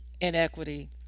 inequity